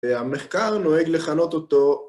המחקר נוהג לכנות אותו